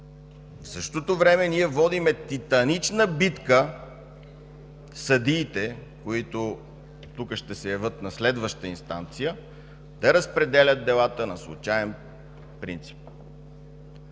В същото време ние водим титанична битка съдиите, които тук ще се явят на следваща инстанция, да разпределят делата на случаен принцип.